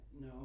no